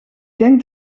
denk